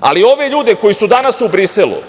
ali ove ljude koji su danas u Briselu,